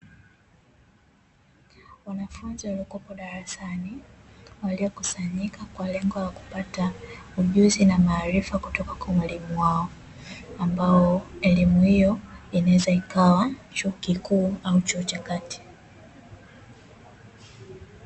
Wanafunzi waliokuwepo darasani, waliokusanyika kwa lengo la kupata ujuzi na maarifa kutoka kwa mwalimu wao, ambao elimu hiyo inaweza ikawa chuo kikuu au chuo cha kati.